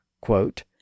Quote